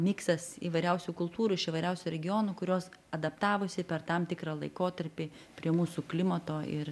miksas įvairiausių kultūrų iš įvairiausių regionų kurios adaptavosi per tam tikrą laikotarpį prie mūsų klimato ir